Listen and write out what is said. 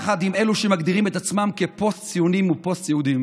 יחד עם אלו שמגדירים את עצמם כפוסט-ציונים ופוסט-יהודים,